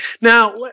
Now